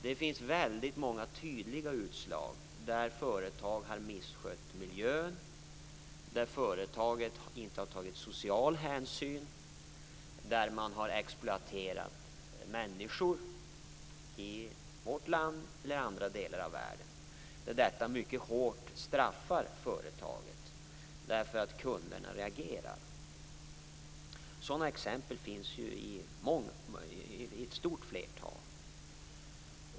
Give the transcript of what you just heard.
Det finns många tydliga exempel på att företag som har misskött miljön, företag som inte har tagit social hänsyn eller företag som har exploaterat människor i vårt land eller i andra delar av världen har blivit mycket hårt straffade för detta av kunderna. Sådana exempel finns det många.